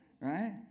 right